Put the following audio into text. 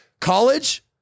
college